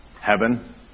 heaven